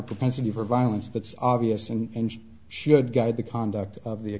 a propensity for violence that's obvious and should guide the conduct of the